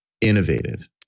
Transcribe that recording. innovative